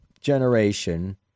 generation